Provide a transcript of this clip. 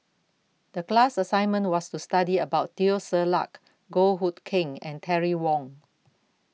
The class assignment was to study about Teo Ser Luck Goh Hood Keng and Terry Wong